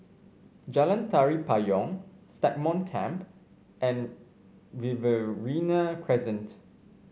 Jalan Tari Payong Stagmont Camp and Riverina Crescent